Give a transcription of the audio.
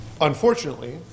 unfortunately